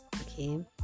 Okay